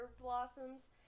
blossoms